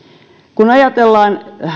kun ajatellaan